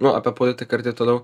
nu apie politiką ir taip toliau